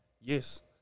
yes